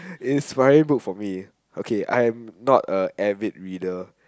is my book for me okay I am not a avid reader